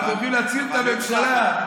רוצים להציל את הממשלה,